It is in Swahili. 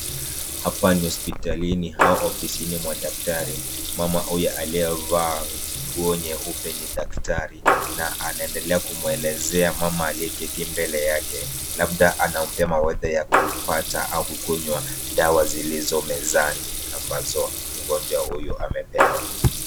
Hapa ni hosipitalini au ofisini mwa daktari, mama huyu aliyevaa nguo nyeupe ni daktari, na anaendelea kumuelezea mama aliyeketi mbele yake, labda anampea mawaidha ya kupata au kukunywa dawa zilizo mezani ambazo mgonjwa huyo amepewa.